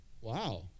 wow